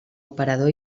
operador